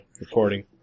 recording